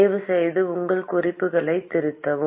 தயவுசெய்து உங்கள் குறிப்புகளை திருத்தவும்